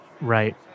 Right